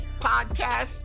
Podcast